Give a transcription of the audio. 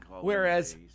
Whereas